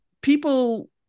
People